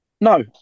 No